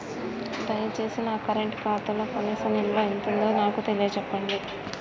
దయచేసి నా కరెంట్ ఖాతాలో కనీస నిల్వ ఎంతుందో నాకు తెలియచెప్పండి